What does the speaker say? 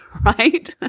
right